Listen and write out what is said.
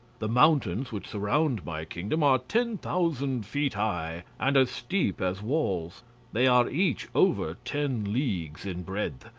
the mountains which surround my kingdom are ten thousand feet high, and as steep as walls they are each over ten leagues in breadth,